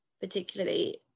Particularly